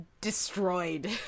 destroyed